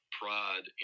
pride